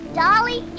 dolly